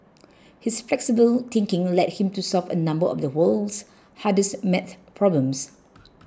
his flexible thinking led him to solve a number of the world's hardest maths problems